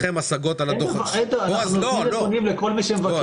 אם יש לכם השגות על הדוח ------ אנחנו נותנים נתונים לכל מי שמבקש.